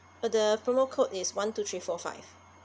uh the promo code is one two three four five